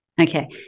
Okay